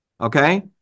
Okay